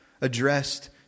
addressed